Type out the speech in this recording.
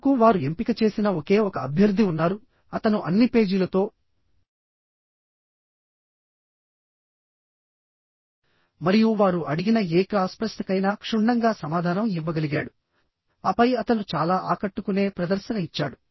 చివరకు వారు ఎంపిక చేసిన ఒకే ఒక అభ్యర్థి ఉన్నారుఅతను అన్ని పేజీలతో మరియు వారు అడిగిన ఏ క్రాస్ ప్రశ్నకైనా క్షుణ్ణంగా సమాధానం ఇవ్వగలిగాడుఆపై అతను చాలా ఆకట్టుకునే ప్రదర్శన ఇచ్చాడు